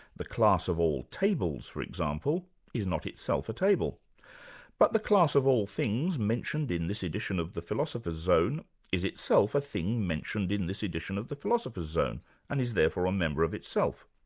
the class of all tables for example is not itself a table but the class of all things mentioned in this edition of the philosopher's zone is itself a thing mentioned in this edition of the philosopher's zone and is therefore a member of itself.